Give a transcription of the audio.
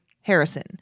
Harrison